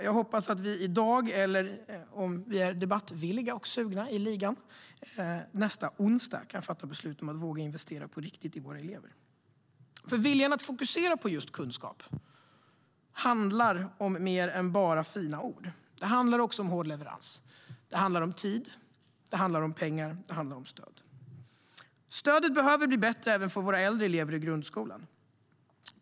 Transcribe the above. Jag hoppas att vi i dag eller - om vi är debattvilliga i ligan - nästa onsdag kan fatta beslut om att investera på riktigt i våra elever. Viljan att fokusera på just kunskap handlar nämligen om mer än bara fina ord. Det handlar också om hård leverans. Det handlar om tid, om pengar och om stöd. Stödet behöver bli bättre även för våra äldre elever i grundskolan.